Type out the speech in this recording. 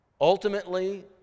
ultimately